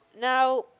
Now